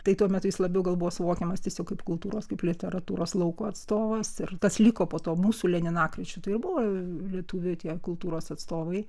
tai tuo metu jis labiau gal buvo suvokiamas tiesiog kaip kultūros kaip literatūros lauko atstovas ir tas liko po to mūsų leninakryčio tai ir buvo lietuvių tie kultūros atstovai